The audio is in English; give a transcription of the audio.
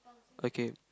okay